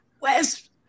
West